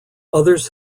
others